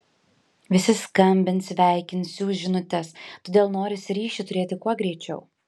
visi skambins sveikins siųs žinutes todėl norisi ryšį turėti kuo greičiau